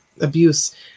abuse